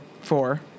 Four